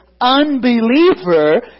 unbeliever